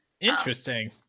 Interesting